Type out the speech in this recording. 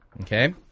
Okay